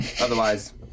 otherwise